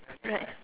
right